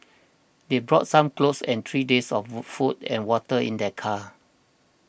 they brought some clothes and three days of food and water in their car